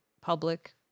public